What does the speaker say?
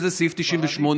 איזה סעיף 98,